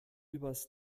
übers